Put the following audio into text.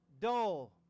dull